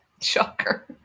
Shocker